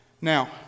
Now